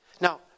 Now